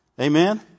Amen